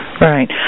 Right